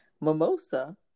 mimosa